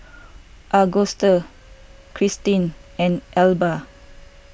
Agustus Krystin and Elba